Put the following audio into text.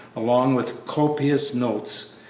along with copious notes,